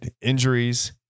injuries